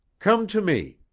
come to me!